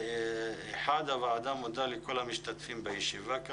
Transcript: הוועדה מודה לכל המשתתפים בישיבה.